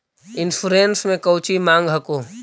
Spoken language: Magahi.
इंश्योरेंस मे कौची माँग हको?